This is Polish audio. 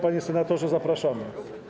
Panie senatorze, zapraszamy.